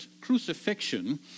crucifixion